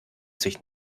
sich